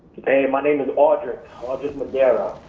hey, my name is audrick yeah